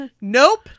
Nope